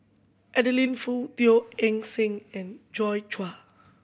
Adeline Foo Teo Eng Seng and Joi Chua